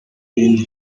rindi